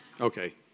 Okay